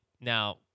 Now